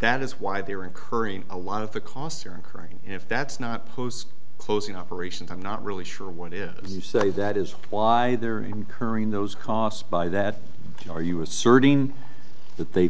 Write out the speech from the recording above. that is why they are incurring a lot of the costs here incurring if that's not post closing operations i'm not really sure what it is as you say that is why they're incurring those costs by that are you asserting that they've